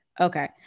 okay